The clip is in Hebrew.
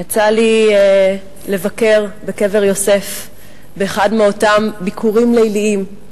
יצא לי לבקר בקבר יוסף באחד מאותם ביקורים ליליים.